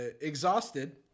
exhausted